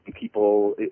people